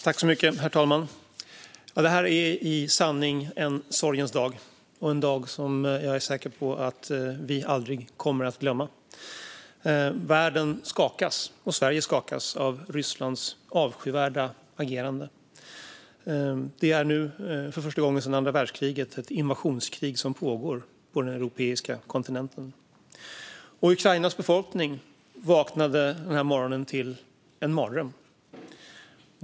Herr talman! Det här är i sanning en sorgens dag och en dag som jag är säker på att vi aldrig kommer att glömma. Världen - och Sverige - skakas av Rysslands avskyvärda agerande. Det pågår nu, för första gången sedan andra världskriget, ett invasionskrig på den europeiska kontinenten. Ukrainas befolkning vaknade den här morgonen till en mardröm.